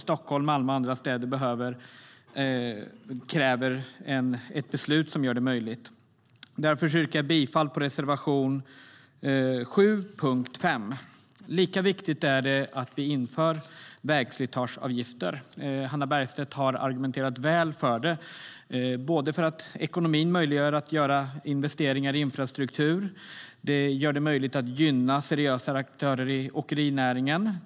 Stockholm, Malmö och andra städer behöver ett beslut som möjliggör sådan avgifter. Lika viktigt är det att vi inför vägslitageavgifter. Hannah Bergstedt har argumenterat väl för detta. Sådana avgifter gör det möjligt att investera i infrastruktur och gynna seriösa aktörer i åkerinäringen.